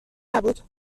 نبود